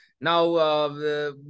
Now